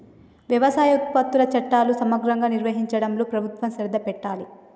వ్యవసాయ ఉత్పత్తుల చట్టాలు సమగ్రంగా నిర్వహించడంలో ప్రభుత్వం శ్రద్ధ పెట్టాలె